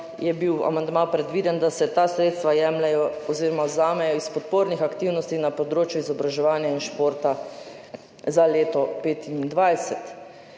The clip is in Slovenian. je bil amandma predviden, da se ta sredstva vzamejo iz podpornih aktivnosti na področju izobraževanja in športa za leto 2025.